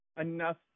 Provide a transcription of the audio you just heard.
enough